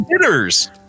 hitters